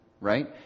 right